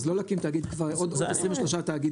אז לא להקים תאגיד כי זה עוד 23 תאגידים.